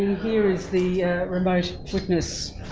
here is the remote witness